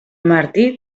martí